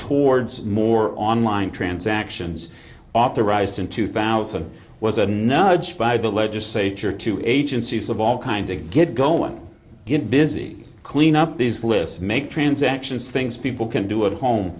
towards more online transactions authorized in two thousand was a nudge by the legislature to agencies of all kind of get go and get busy clean up these lists make transactions things people can do at home